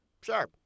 sure